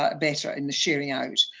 ah better in the sharing out,